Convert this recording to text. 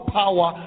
power